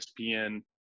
ESPN